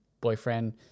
boyfriend